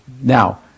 now